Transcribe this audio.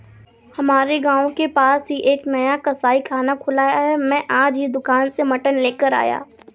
हमारे गांव के पास ही एक नया कसाईखाना खुला है मैं आज ही दुकान से मटन लेकर आया